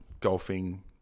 golfing